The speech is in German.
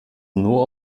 nur